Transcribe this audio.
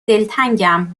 دلتنگم